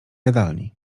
jadalni